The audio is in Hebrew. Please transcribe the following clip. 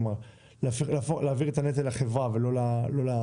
כלומר, להעביר את הנטל לחברה ולא לצרכן.